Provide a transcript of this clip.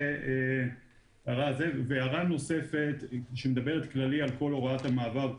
הערה נוספת מדברת כללית על כל הוראת המעבר.